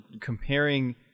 comparing